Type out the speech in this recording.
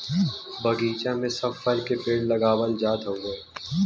बगीचा में सब फल के पेड़ लगावल जात हउवे